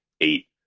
eight